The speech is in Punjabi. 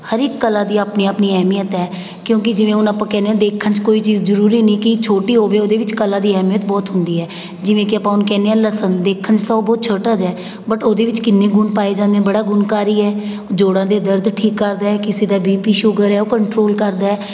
ਹਰ ਇੱਕ ਕਲਾ ਦੀ ਆਪਣੀ ਆਪਣੀ ਅਹਿਮੀਅਤ ਹੈ ਕਿਉਂਕਿ ਜਿਵੇਂ ਹੁਣ ਆਪਾਂ ਕਹਿੰਦੇ ਹਾਂ ਦੇਖਣ 'ਚ ਕੋਈ ਚੀਜ਼ ਜ਼ਰੂਰੀ ਨਹੀਂ ਕਿ ਛੋਟੀ ਹੋਵੇ ਓਹਦੇ ਵਿੱਚ ਕਲਾ ਦੀ ਅਹਿਮੀਅਤ ਬਹੁਤ ਹੁੰਦੀ ਹੈ ਜਿਵੇਂ ਕਿ ਆਪਾਂ ਹੁਣ ਕਹਿੰਦੇ ਹਾਂ ਲਸਣ ਦੇਖਣ 'ਚ ਤਾਂ ਓਹ ਛੋਟਾ ਜਿਹਾ ਬਟ ਓਹਦੇ ਵਿੱਚ ਕਿੰਨੇ ਗੁਣ ਪਾਏ ਜਾਂਦੇ ਨੇ ਬੜਾ ਗੁਣਕਾਰੀ ਹੈ ਜੋੜਾਂ ਦੇ ਦਰਦ ਠੀਕ ਕਰਦਾ ਕਿਸੇ ਦਾ ਬੀ ਪੀ ਸ਼ੂਗਰ ਹੈ ਓਹ ਕੰਟਰੋਲ ਕਰਦਾ